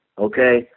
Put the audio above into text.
Okay